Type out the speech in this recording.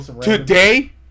Today